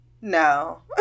no